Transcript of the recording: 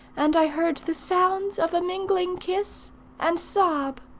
and i heard the sounds of a mingling kiss and sob.